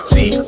See